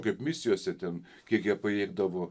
kaip misijose ten kiek jie pajėgdavo